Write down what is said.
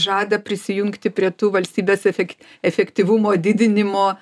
žada prisijungti prie tų valstybės efekt efektyvumo didinimo